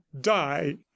die